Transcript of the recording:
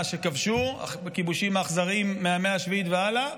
מה שכבשו בכיבושים האכזריים מהמאה השביעית והלאה,